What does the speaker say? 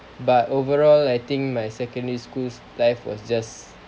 but overall I think my secondary school life was just